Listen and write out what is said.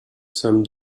some